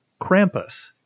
Krampus